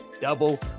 double